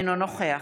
אינו נוכח